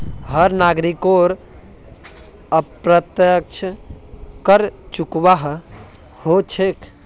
हर नागरिकोक अप्रत्यक्ष कर चुकव्वा हो छेक